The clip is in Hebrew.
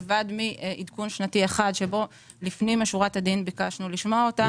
לבד מעדכון שנתי אחד שבו לפנים משורת הדין ביקשנו לשמוע אותם.